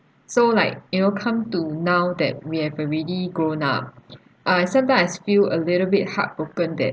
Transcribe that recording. so like you know come to now that we have already grown up ah sometimes I just feel a little bit heartbroken that